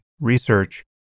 research